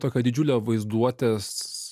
tokią didžiulę vaizduotės